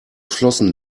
flossen